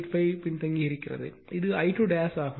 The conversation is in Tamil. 85 பின்தங்கி இருக்கிறது இது I2 ஆகும்